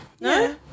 No